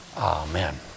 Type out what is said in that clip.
Amen